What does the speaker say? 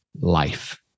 life